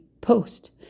post